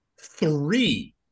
three